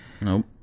Nope